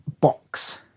box